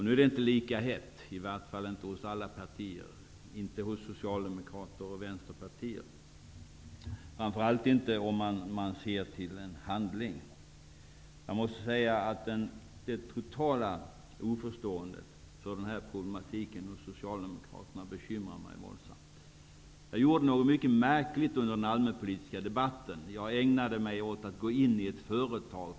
Nu är det inte lika hett -- i varje fall inte hos alla partier, inte hos Socialdemokraterna och Vänsterpartiet. Framför allt inte om man ser till handling. Jag måste säga att det totala oförståendet hos Socialdemokraterna för den här problematiken bekymrar mig våldsamt. Jag gjorde något mycket märkligt under den allmänpolitiska debatten. Jag ägnade mig nämligen åt att gå in i ett företag.